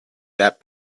that